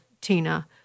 Tina